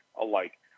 alike